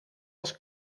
als